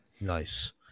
Nice